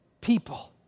people